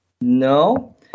no